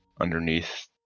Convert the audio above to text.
underneath